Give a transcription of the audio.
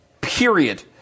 Period